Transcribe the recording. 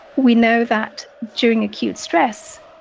we know that during acute stress,